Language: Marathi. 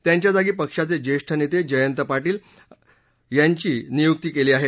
त्यांच्या जागी पक्षाचे ज्येष्ठ नेते जयंत पार्शिल यांची नियुक्ती केली आहे